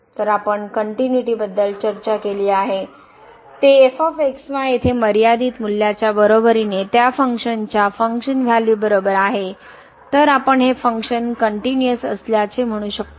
तर आपण कनट्युनिटी बद्दल चर्चा केली आहे ते f x y येथे मर्यादित मूल्याच्या बरोबरीने त्या फंक्शनच्या फंक्शन व्हॅल्यू बरोबर आहे तर आपण हे फंक्शन कनट्युनिअसअसल्याचे म्हणू शकतो